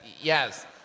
yes